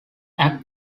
act